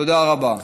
תודה רבה.